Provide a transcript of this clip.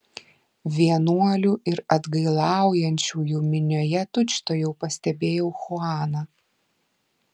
vienuolių ir atgailaujančiųjų minioje tučtuojau pastebėjau chuaną